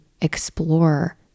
explore